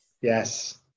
Yes